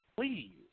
please